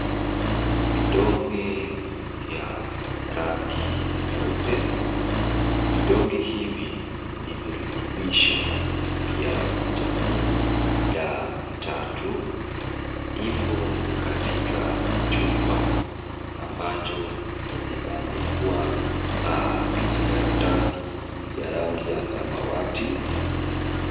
Vidonge vya rangi nyeupe. Vidonge hivi ni virutubisho vya Vitamin D3. Ipo katika chupa ambacho imebandikwa kijikaratasi ya rangi ya samawati.